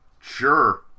sure